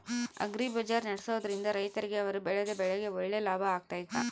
Agri Bazaar ನಡೆಸ್ದೊರಿಂದ ರೈತರಿಗೆ ಅವರು ಬೆಳೆದ ಬೆಳೆಗೆ ಒಳ್ಳೆ ಲಾಭ ಆಗ್ತೈತಾ?